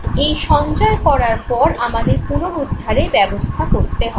এই সঞ্চয় করার পর আমাদের পুনরুদ্ধারের ব্যবস্থা করতে হবে